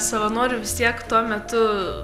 savanorių vis tiek tuo metu